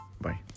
Bye